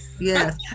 Yes